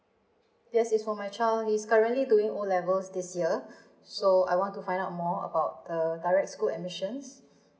yes is for my child he's currently doing O levels this year so I want to find out more about the direct school admissions